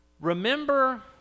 Remember